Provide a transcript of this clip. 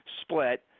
split